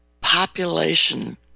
population